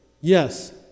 yes